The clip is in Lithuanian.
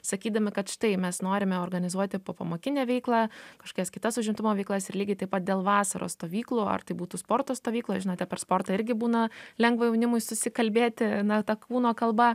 sakydami kad štai mes norime organizuoti popamokinę veiklą kažkokias kitas užimtumo veiklas ir lygiai taip pat dėl vasaros stovyklų ar tai būtų sporto stovyklos žinote per sportą irgi būna lengva jaunimui susikalbėti na ta kūno kalba